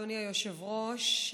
אדוני היושב-ראש.